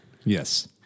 Yes